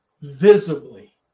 visibly